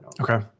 Okay